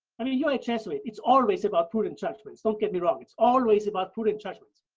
i mean, you're a jesuit, it's always about prudent judgments! don't get me wrong, it's always about prudent judgments.